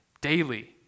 daily